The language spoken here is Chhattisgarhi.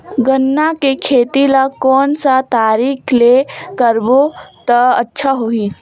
गन्ना के खेती ला कोन सा तरीका ले करबो त अच्छा होही?